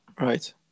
Right